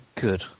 good